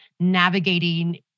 Navigating